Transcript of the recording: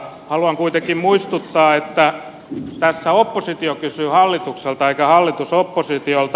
haluan kuitenkin muistuttaa että tässä oppositio kysyy hallitukselta eikä hallitus oppositiolta